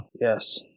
yes